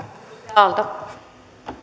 arvoisa